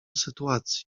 sytuacji